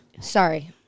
Sorry